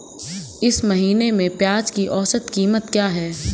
इस महीने में प्याज की औसत कीमत क्या है?